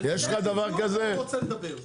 אוו, על זה בדיוק אני רוצה לדבר.